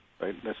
right